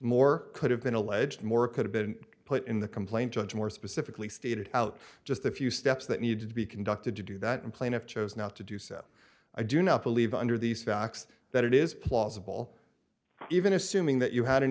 more could have been alleged more could have been put in the complaint judge more specifically stated out just a few steps that need to be conducted to do that and plaintiff chose not to do so i do not believe under these facts that it is plausible even assuming that you had an